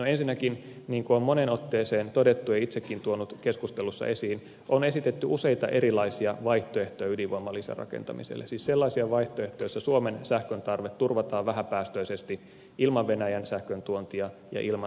ensinnäkin niin kuin on moneen otteeseen todettu ja itsekin olen tuonut keskustelussa esiin on esitetty useita erilaisia vaihtoehtoja ydinvoiman lisärakentamiselle siis sellaisia vaihtoehtoja joissa suomen sähköntarve turvataan vähäpäästöisesti ilman venäjän sähkön tuontia ja ilman lisäydinvoimaa